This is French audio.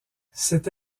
cette